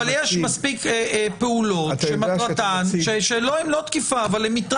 אבל יש מספיק פעולות שהן לא תקיפה אבל הן מטרד.